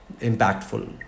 impactful